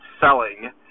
selling